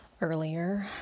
earlier